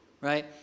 right